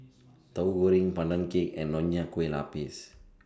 Tahu Goreng Pandan Cake and Nonya Kueh Lapis